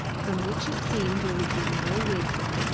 from which it seemed there would be no waking.